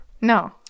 No